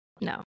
No